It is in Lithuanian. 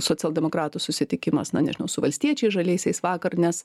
socialdemokratų susitikimas na nežinau su valstiečiais žaliaisiais vakar nes